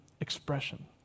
expression